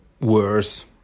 worse